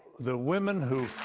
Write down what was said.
the women who